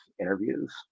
interviews